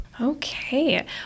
Okay